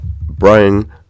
Brian